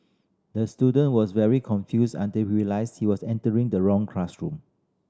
the student was very confused until he realised he was entering the wrong classroom